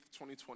2020